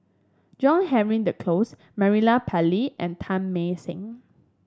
John Henry Duclos Murali Pillai and Teng Mah Seng